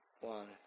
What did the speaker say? one